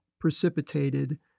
precipitated